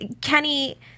Kenny